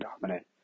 dominant